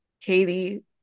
Katie